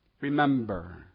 Remember